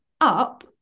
up